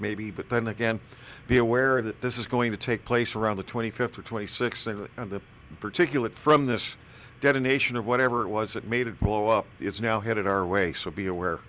maybe but then again be aware that this is going to take place around the twenty fifth or twenty sixth it and the particulate from this detonation or whatever it was that made it go up it's now headed our way so be aware